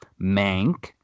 Mank